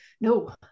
no